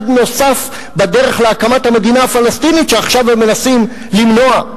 נוסף בדרך להקמת המדינה הפלסטינית שעכשיו הם מנסים למנוע,